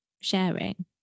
sharing